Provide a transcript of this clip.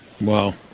Wow